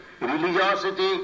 religiosity